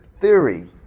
theory